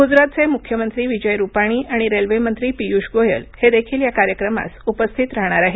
गुजरातचे मुख्यमंत्री विजय रुपाणी आणि रेल्वेमंत्री पियूष गोयल हे देखील या कार्यक्रमास उपस्थित राहणार आहेत